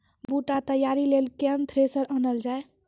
बूटा तैयारी ली केन थ्रेसर आनलऽ जाए?